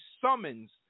summons